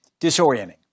Disorienting